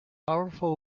powerful